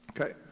Okay